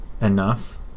enough